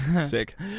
sick